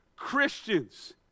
Christians